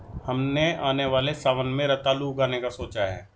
हमने आने वाले सावन में रतालू उगाने का सोचा है